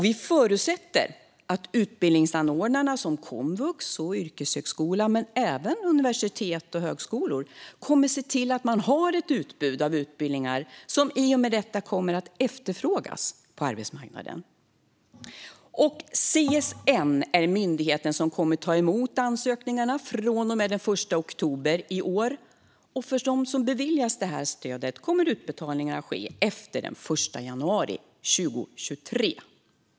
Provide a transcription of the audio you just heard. Vi förutsätter att utbildningsanordnarna, som komvux och yrkeshögskolan men även universitet och högskolor, kommer att se till att de har ett utbud av utbildningar som i och med detta kommer att efterfrågas på arbetsmarknaden. CSN är myndigheten som kommer att ta emot ansökningarna från och med den 1 oktober i år, och för dem som beviljas stödet kommer utbetalningarna att ske efter den 1 januari 2023.